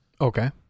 Okay